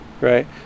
right